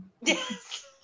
Yes